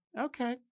okay